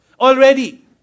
Already